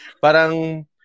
Parang